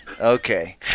okay